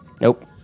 Nope